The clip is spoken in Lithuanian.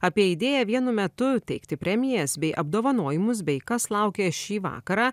apie idėją vienu metu teikti premijas bei apdovanojimus bei kas laukia šį vakarą